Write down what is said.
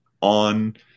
on